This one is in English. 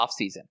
offseason